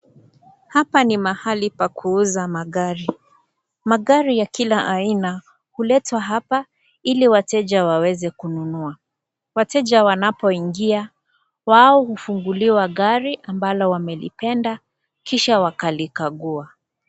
Hapa ni mahali pa kuuza magari. Magari ya kila aina huletwa hapa ili wateja waweze kununua. Wateja wanapoingia, wao hufunguliwa gari ambalo wamelipenda kisha wakalikagua